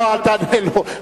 לא, אל תענה לו.